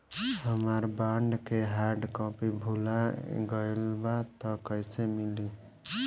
हमार बॉन्ड के hard copy भुला गएलबा त कैसे मिली?